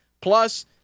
Plus